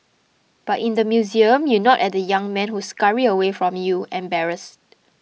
but in the museum you nod at the young men who scurry away from you embarrassed